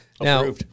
Now